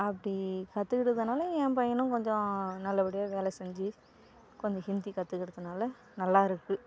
அப்படி கற்றுக்கிட்டதுனால என் பையனும் கொஞ்சம் நல்லபடியா வேலை செஞ்சு கொஞ்சம் ஹிந்தி கற்றுக்கிட்டதுனால நல்லா இருக்குது